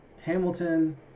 Hamilton